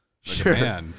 sure